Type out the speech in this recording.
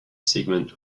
segment